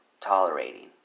tolerating